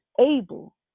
able